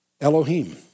Elohim